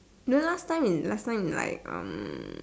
you know last time is last time is like um